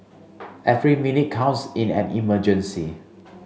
every minute counts in an emergency